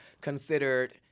considered